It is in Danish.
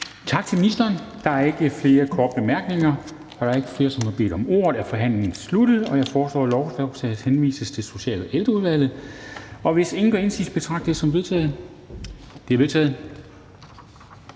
Tak til ministeren. Der er ikke flere korte bemærkninger. Da der ikke er flere, som har bedt om ordet, er forhandlingen sluttet. Jeg foreslår, lovforslaget henvises til Social- og Ældreudvalget. Og hvis ingen gør indsigelse, betragter jeg det som vedtaget. Det er vedtaget.